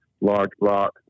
large-block